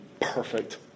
perfect